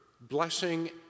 blessing